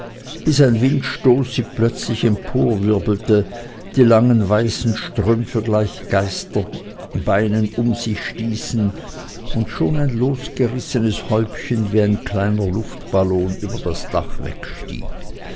bis ein windstoß sie plötzlich emporwirbelte die langen weißen strümpfe gleich geisterbeinen um sich stießen und schon ein losgerissenes häubchen wie ein kleiner luftballon über das dach wegstieg